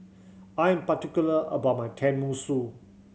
I'm particular about my Tenmusu